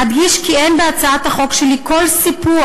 אדגיש כי אין בהצעת החוק שלי כל סיפוח